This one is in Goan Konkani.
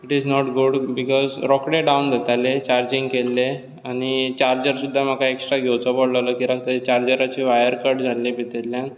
it is not good because रोखडें डावन जातालें चार्जींग केल्लें आनी चार्जर सुद्दां म्हाका ऍक्स्ट्रा घेवचो पडलो कित्याक ती चार्जराची वायर कट जाल्ली भितरल्यान